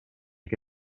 che